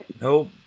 Nope